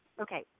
okay